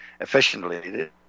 Efficiently